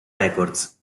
records